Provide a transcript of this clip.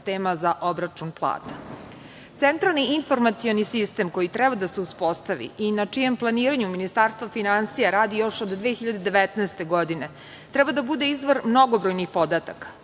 sistema za obračun plata. Centralni informacioni sistem koji treba da se uspostavi i na čijem planiranju Ministarstvo finansije radi još od 2019. godine treba da bude izvor mnogobrojnih podataka,